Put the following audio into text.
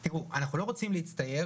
תראו, אנחנו לא רוצים להצטייר